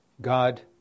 God